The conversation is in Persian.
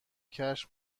کشف